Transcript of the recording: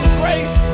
grace